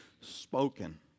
spoken